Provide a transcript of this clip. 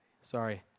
sorry